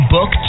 Book